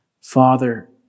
Father